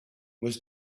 was